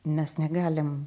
mes negalim